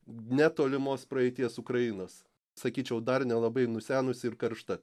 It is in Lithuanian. netolimos praeities ukrainos sakyčiau dar nelabai nusenusi ir karšta